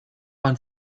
man